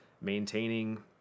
maintaining